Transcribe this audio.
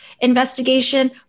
investigation